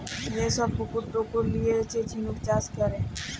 যে ছব পুকুর টুকুর লিঁয়ে ঝিলুক চাষ ক্যরে